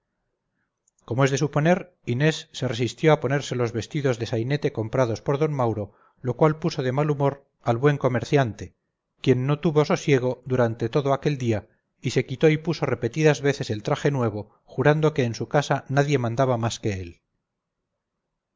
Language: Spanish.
como es de suponer inés se resistió a ponerse los vestidos de sainete comprados por d mauro lo cual puso de mal humor al buen comerciante quien no tuvo sosiego durante todo aquel día y se quitó y puso repetidas veces el traje nuevo jurando que en su casa nadie mandaba más que él